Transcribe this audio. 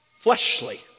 fleshly